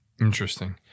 Interesting